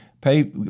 pay